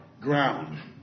ground